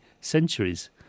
centuries